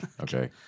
Okay